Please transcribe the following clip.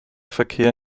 verkehr